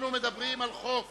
אנחנו מדברים על חוק